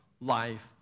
life